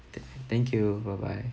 th~ thank you bye bye